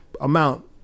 amount